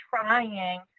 trying